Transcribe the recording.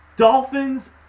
Dolphins